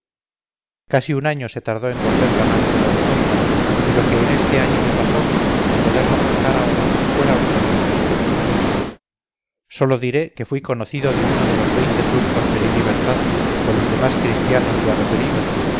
casi un año se tardó en volver la nave de la limosna y lo que en este año me pasó a poderlo contar ahora fuera otra nueva historia sólo diré que fui conocido de uno de los veinte turcos que di libertad con los demás christianos ya referidos